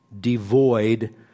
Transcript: devoid